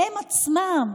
הן עצמם,